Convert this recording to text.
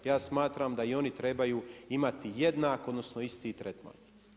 Ja smatram da i oni trebaju imati jednak odnosno isti tretman.